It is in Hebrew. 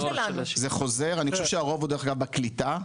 אני חושב שהרוב הוא דרך אגב בקליטה,